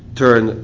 turn